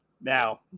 Now